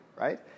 right